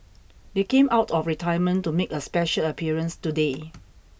they came out of retirement to make a special appearance today